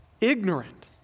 ignorant